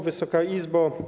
Wysoka Izbo!